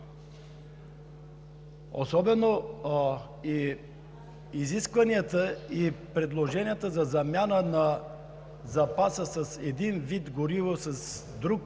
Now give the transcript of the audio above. Особено изискванията и предложенията за замяна на запаса на един вид гориво с друг